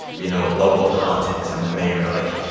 you know, local politics and the mayor. like.